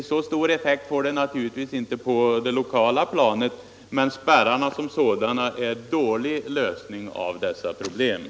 Så stor effekt får den naturligtvis inte på det lokala planet, men spärrar som sådana är en dålig lösning på problemen.